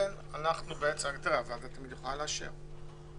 הוועדה תמיד יכולה לאשר.